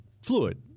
fluid